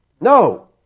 No